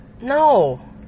No